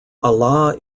allah